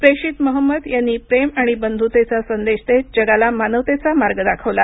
प्रेषित महंमद यांनी प्रेम आणि बंधुतेचा संदेश देत जगाला मानवतेचा मार्ग दाखवला